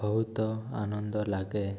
ବହୁତ ଆନନ୍ଦ ଲାଗେ